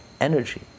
energy